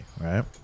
right